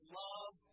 love